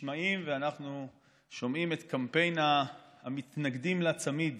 נשמע ואנחנו שומעים את קמפיין המתנגדים לצמיד